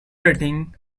rating